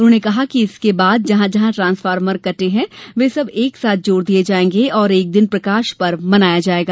उन्होंने कहा कि इसके बाद जहाँ जहाँ ट्रांसफार्मर कटे हैं वे सब एक साथ जोड़ दिये जायेंगे और एक दिन प्रकाश पर्व मनाया जायेगा